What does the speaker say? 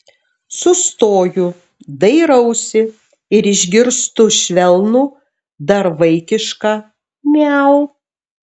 sustoju dairausi ir išgirstu švelnų dar vaikišką miau